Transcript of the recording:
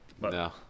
No